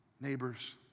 neighbors